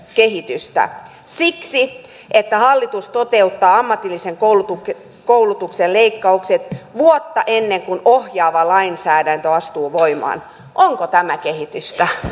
kehitystä siksi että hallitus toteuttaa ammatillisen koulutuksen koulutuksen leikkaukset vuotta ennen kuin ohjaava lainsäädäntö astuu voimaan onko tämä kehitystä